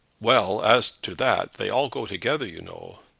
well, as to that, they all go together, you know.